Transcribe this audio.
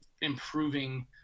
improving